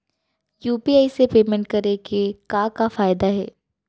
UPI से payment करे के का का फायदा हे?